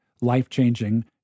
life-changing